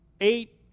eight